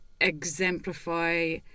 exemplify